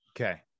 Okay